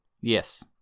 Yes